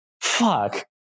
fuck